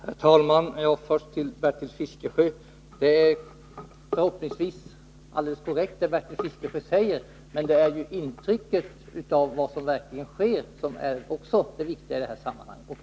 Herr talman! Först till Bertil Fiskesjö. Förhoppningsvis är det som Bertil Fiskesjö säger alldeles korrekt. Men det är ju intrycket av vad som verkligen sker som är det viktiga i sammanhanget.